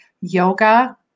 yoga